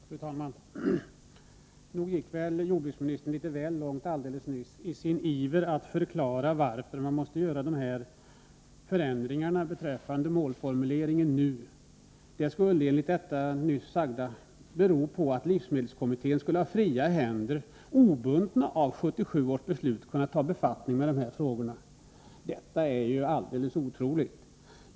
Fru talman! Nog gick väl jordbruksministern litet väl långt alldeles nyss i sin iver att förklara varför man måste göra dessa förändringar av målformuleringen nu. Enligt det nyss sagda skulle det bero på att livsmedelskommittén skulle ha fria händer att obunden av 1977 års beslut kunna ta befattning med dessa frågor. Det är ett alldeles otroligt påstående.